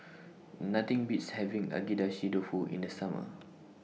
Nothing Beats having Agedashi Dofu in The Summer